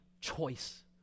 choice